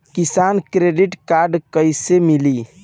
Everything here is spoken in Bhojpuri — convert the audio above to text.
किसान क्रेडिट कार्ड कइसे मिली?